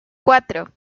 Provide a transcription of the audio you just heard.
cuatro